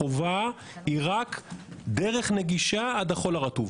החובה היא רק דרך נגישה עד החוף הרטוב.